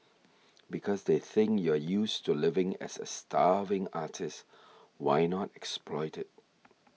because they think you're used to living as a starving artist why not exploit it